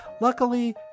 Luckily